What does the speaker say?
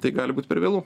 tai gali būt per vėlu